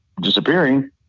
disappearing